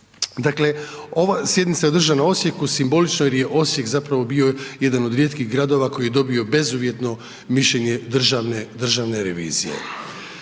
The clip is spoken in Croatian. Dakle, ova sjednica je održana u Osijeku simbolično jer je Osijek zapravo bio jedan od rijetkih gradova koji je dobio bezuvjetno mišljenje državne, državne